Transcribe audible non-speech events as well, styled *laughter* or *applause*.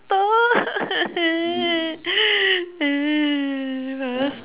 *noise*